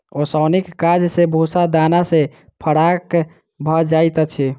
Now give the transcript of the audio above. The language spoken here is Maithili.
ओसौनीक काज सॅ भूस्सा दाना सॅ फराक भ जाइत अछि